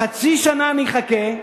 חצי שנה אני אחכה.